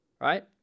right